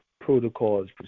protocols